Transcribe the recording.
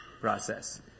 process